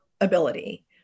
ability